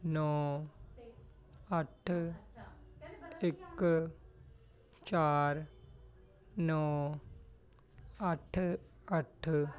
ਨੌਂ ਅੱਠ ਇੱਕ ਚਾਰ ਨੌਂ ਅੱਠ ਅੱਠ